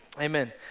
Amen